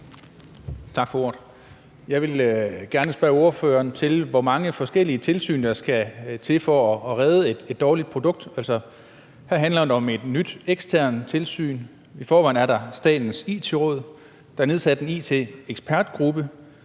Tak for ordet. Jeg vil gerne spørge ordføreren til, hvor mange forskellige tilsyn der skal til for at redde et dårligt produkt. Her handler det om et nyt, eksternt tilsyn. I forvejen er der Statens It-råd, der er nedsat en it-ekspertgruppe,